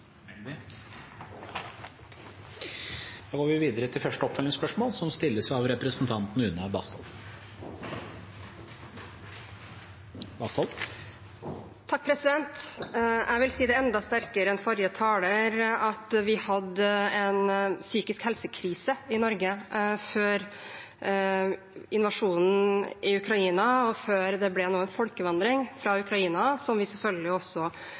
oppfølgingsspørsmål – først Une Bastholm. Jeg vil si det enda sterkere enn forrige taler: Vi hadde en psykisk helse-krise i Norge før invasjonen i Ukraina og før det ble en folkevandring fra Ukraina – som vi selvfølgelig også